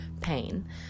pain